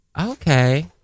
Okay